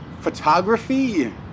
photography